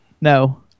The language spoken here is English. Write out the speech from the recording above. No